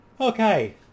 okay